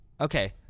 okay